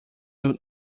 will